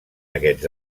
aquests